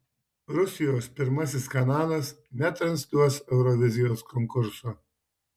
rusijos pirmasis kanalas netransliuos eurovizijos konkurso